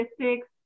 statistics